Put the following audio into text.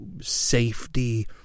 safety